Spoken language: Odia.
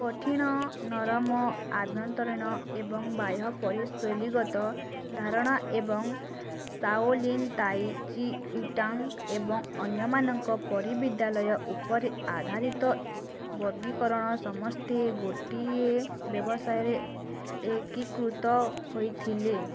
କଠିନ ନରମ ଆଭ୍ୟନ୍ତରୀଣ ଏବଂ ବାହ୍ୟ ପରି ଶୈଲୀଗତ ଧାରଣା ଏବଂ ଶାଓଲିନ୍ ତାଇଚି ୱିଟାଙ୍ଗ୍ ଏବଂ ଅନ୍ୟମାନଙ୍କ ପରି ବିଦ୍ୟାଳୟ ଉପରେ ଆଧାରିତ ବର୍ଗୀକରଣ ସମସ୍ତେ ଗୋଟିଏ ବ୍ୟବସାୟରେ ଏକୀକୃତ ହୋଇଥିଲେ